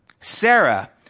Sarah